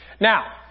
Now